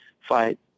fight